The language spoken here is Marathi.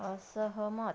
असहमत